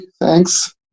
thanks